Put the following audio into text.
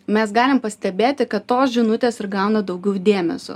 mes galim pastebėti kad tos žinutės ir gauna daugiau dėmesio